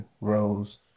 Rose